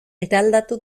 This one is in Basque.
eraldatu